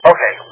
Okay